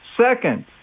Second